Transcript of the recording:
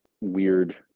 weird